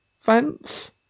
Fence